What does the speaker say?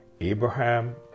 Abraham